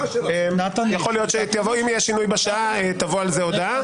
אם יהיה שינוי בשעה, תבוא על זה הודעה.